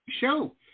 show